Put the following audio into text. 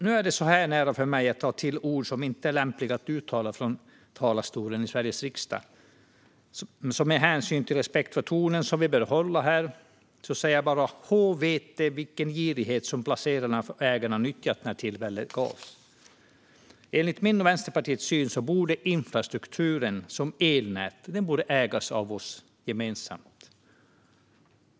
Nu är det nära att jag tar till ord som inte är lämpliga att uttala från talarstolen i Sveriges riksdag. Men med respekt för tonen som vi bör hålla här säger jag bara: H-vete vilken girighet som placerare och ägare visat när tillfälle gavs! Enligt min och Vänsterpartiets syn borde infrastruktur som elnät ägas av oss gemensamt.